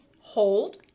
hold